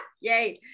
Yay